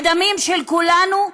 הדמים של כולנו,